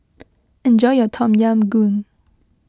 enjoy your Tom Yam Goong